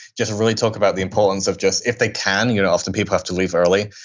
just really talk about the importance of just, if they can, you know often people have to leave early.